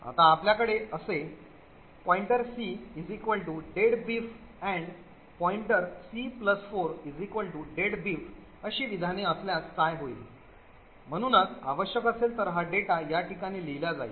आता आपल्याकडे असे cdeadbeef and c4 deadbeef अशी विधाने असल्यास काय होईल म्हणूनच आवश्यक असेल तर हा डेटा या ठिकाणी लिहिला जाईल